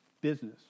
business